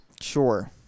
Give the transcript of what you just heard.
Sure